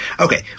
Okay